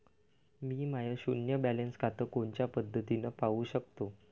मी माय शुन्य बॅलन्स खातं कोनच्या पद्धतीनं पाहू शकतो?